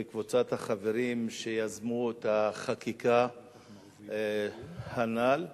וקבוצת החברים שיזמו את החקיקה הנ"ל.